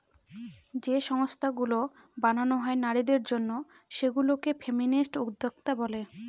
যে সংস্থাগুলো বানানো হয় নারীদের জন্য সেগুলা কে ফেমিনিস্ট উদ্যোক্তা বলে